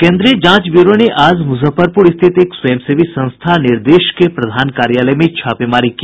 केन्द्रीय जांच ब्यूरो ने आज मुजफ्फरपूर स्थित एक स्वयंसेवी संस्था निर्देश के प्रधान कार्यालय में छापेमारी की